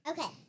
Okay